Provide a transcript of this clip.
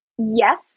Yes